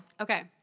Okay